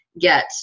get